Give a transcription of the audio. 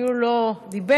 אפילו לא דיבר,